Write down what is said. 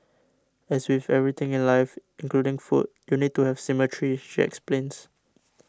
as with everything in life including food you need to have symmetry she explains